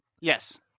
Yes